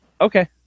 Okay